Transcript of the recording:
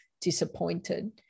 disappointed